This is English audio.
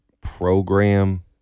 program